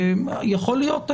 יכול להיות,